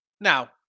Now